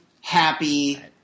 happy